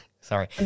Sorry